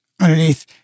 underneath